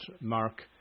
Mark